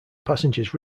passengers